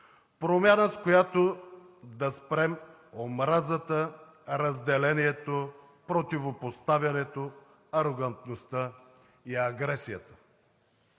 Промяна, с която да спрем омразата, разделението, противопоставянето, арогантността и агресията.